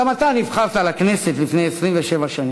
גם אתה נבחרת לכנסת לפני 27 שנים,